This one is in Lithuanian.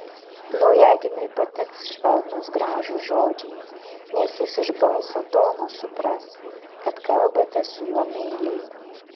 naujagimiui patiks švelnūs gražūs žodžiai nes jis iš balso tono supras kad kalbate su juo meiliai